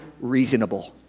reasonable